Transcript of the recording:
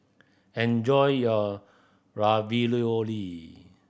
enjoy your Ravioli